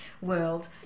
world